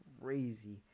crazy